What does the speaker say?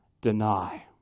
deny